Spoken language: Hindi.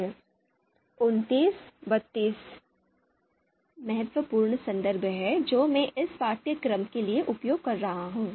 ये महत्वपूर्ण संदर्भ हैं जो मैं इस पाठ्यक्रम के लिए उपयोग कर रहा हूं